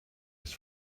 ist